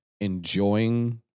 enjoying